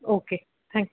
okay thanks